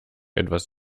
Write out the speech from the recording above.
etwas